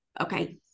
okay